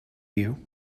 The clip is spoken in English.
you